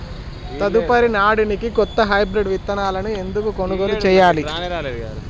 తదుపరి నాడనికి కొత్త హైబ్రిడ్ విత్తనాలను ఎందుకు కొనుగోలు చెయ్యాలి?